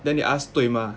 then they ask 对吗